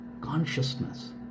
consciousness